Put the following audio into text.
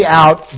out